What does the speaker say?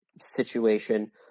situation